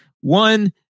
one